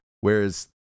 Whereas